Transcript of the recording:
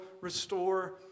restore